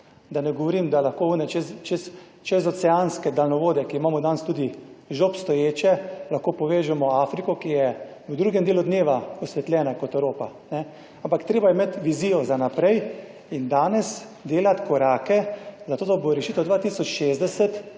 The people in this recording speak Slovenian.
da ne govorim, da lahko one čez čezoceanske daljnovode, ki imamo danes tudi že obstoječe lahko povežemo Afriko, ki je v drugem delu dneva osvetljena kot Evropa, ampak treba je imeti vizijo za naprej in danes delati korake za to, da bo rešitev 2060,